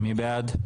מי בעד?